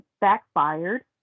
backfired